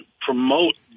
promote